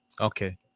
Okay